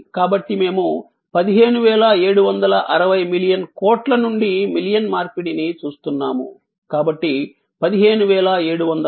కాబట్టి మేము 15760 మిలియన్ కోట్ల నుండి మిలియన్ మార్పిడిని చూస్తున్నాము కాబట్టి 15760 వేలు